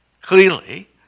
clearly